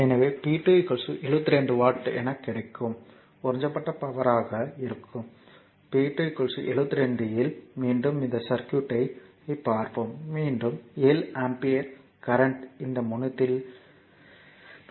எனவே p 2 72 watt power உறிஞ்சப்பட்ட பவர்யாக இருக்கும் p 2 72 இல் மீண்டும் இந்த சர்க்யூட்க்கு ஐ பார்ப்போம் மீண்டும் 7 ஆம்பியர் கரண்ட் இந்த முனையத்தில் நுழைகிறது